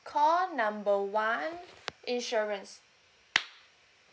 call number one insurance